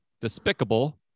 Despicable